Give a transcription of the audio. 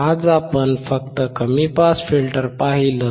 आज आपण फक्त कमी पास फिल्टर पाहिला